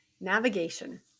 Navigation